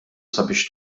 sabiex